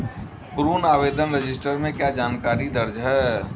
ऋण आवेदन रजिस्टर में क्या जानकारी दर्ज है?